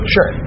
Sure